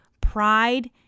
Pride